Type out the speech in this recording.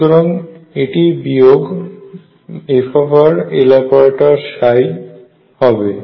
সুতরাং এটি বিয়োগ frLoperator হবে